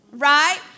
Right